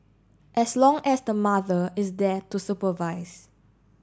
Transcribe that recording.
as long as the mother is there to supervise